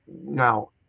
now